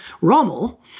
Rommel